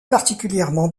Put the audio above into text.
particulièrement